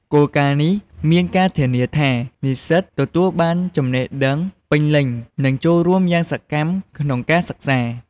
គោលការណ៍នេះមានការធានាថា និស្សិតទទួលបានចំណេះដឹងពេញលេញ និងចូលរួមយ៉ាងសកម្មក្នុងការសិក្សា។